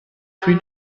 rue